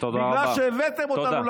בגלל שהבאתם אותנו,